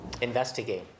investigate